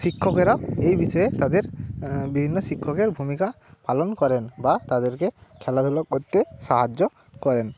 শিক্ষকেরা এই বিষয়ে তাদের বিভিন্ন শিক্ষকের ভূমিকা পালন করেন বা তাদেরকে খেলাধুলো করতে সাহায্য করেন